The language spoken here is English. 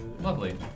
lovely